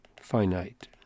finite